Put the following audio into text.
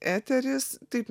eteris taip